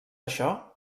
això